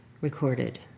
recorded